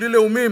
בלי לאומים.